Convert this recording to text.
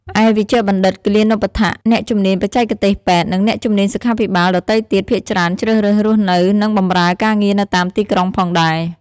ឯ វេជ្ជបណ្ឌិត គិលានុបដ្ឋាក អ្នកជំនាញបច្ចេកទេសពេទ្យ និងអ្នកជំនាញសុខាភិបាលដទៃទៀតភាគច្រើនជ្រើសរើសរស់នៅ និងបម្រើការងារនៅតាមទីក្រុងផងដែរ។